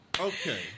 okay